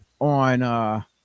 on